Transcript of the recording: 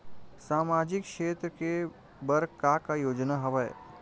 सामाजिक क्षेत्र के बर का का योजना हवय?